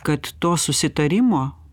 kad to susitarimo